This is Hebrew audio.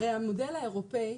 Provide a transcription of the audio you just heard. הרי המודל האירופאי,